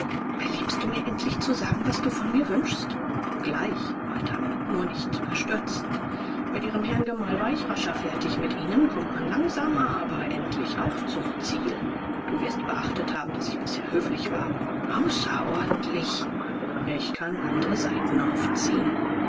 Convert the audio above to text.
beliebst du mir endlich zu sagen was du von mir wünschst gleich madame nur nicht überstürzen mit ihrem herrn gemahl war ich rascher fertig mit ihnen kommt man langsamer aber endlich auch zum ziel du wirst beachtet haben daß ich bisher höflich war außerordentlich ich kann andere saiten aufziehen